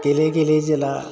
गेलेयै गेलेयै जेब्ला